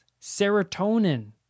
serotonin